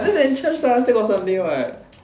other than church lah still got sunday what